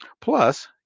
Plus